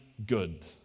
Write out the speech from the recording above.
good